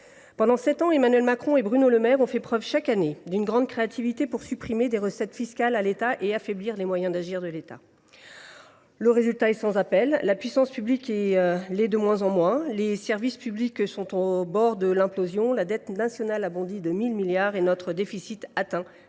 Pendant sept ans, Emmanuel Macron et Bruno Le Maire ont fait preuve chaque année d’une grande créativité pour retirer des recettes fiscales à l’État et affaiblir ses moyens d’agir. Le résultat est sans appel : la puissance publique est de moins en moins puissante, les services publics sont au bord de l’implosion, le montant de la dette nationale a bondi de 1 000 milliards d’euros et notre déficit atteint